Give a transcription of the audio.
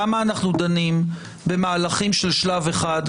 למה אנחנו דנים במהלכים של שלב אחד,